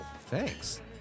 thanks